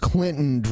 Clinton